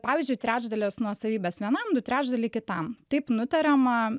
pavyzdžiui trečdalis nuosavybės vienam du trečdaliai kitam taip nutariama